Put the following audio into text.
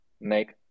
make